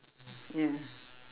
ya